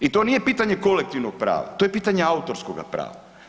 I to nije pitanje kolektivnog prava, to je pitanje autorskoga prava.